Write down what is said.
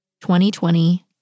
2020